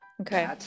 okay